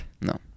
No